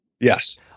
Yes